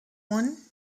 one